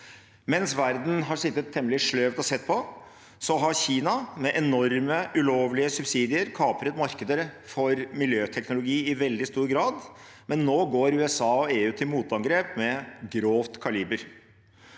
Mens verden har sittet temmelig sløvt og sett på, har Kina, med enorme ulovlige subsidier, kapret markeder for miljøteknologi i veldig stor grad. Men nå går USA og EU til motangrep med grovt kaliber.